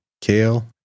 Kale